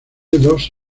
dos